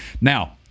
Now